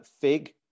fig